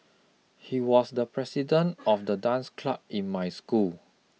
he was the president of the dance club in my school